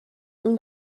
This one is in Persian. اون